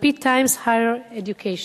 על-פי ה-Times Higher Education,